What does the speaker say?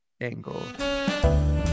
angle